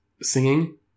singing